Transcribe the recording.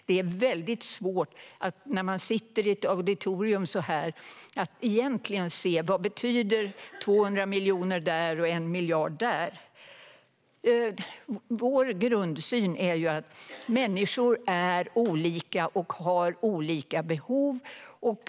Det är svårt att i ett auditorium som detta se vad 200 miljoner här och 1 miljard där betyder. Liberalernas grundsyn är att människor är olika och har olika behov.